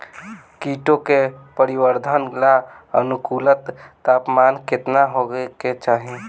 कीटो के परिवरर्धन ला अनुकूलतम तापमान केतना होए के चाही?